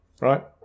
right